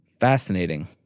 fascinating